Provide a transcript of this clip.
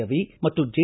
ರವಿ ಮತ್ತು ಜೆ